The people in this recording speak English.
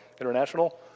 International